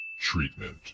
TREATMENT